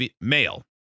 male